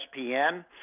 ESPN